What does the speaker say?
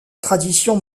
tradition